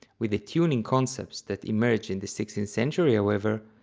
with the tuning concepts that emerged in the sixteenth century however,